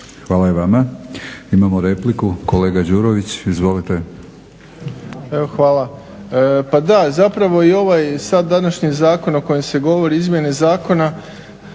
Hvala i vama. Imamo repliku, kolega Đurović. **Đurović, Dražen (HDSSB)** Evo hvala, pa da zapravo i ovaj sad današnji zakon o kojem se govori, izmjene zakona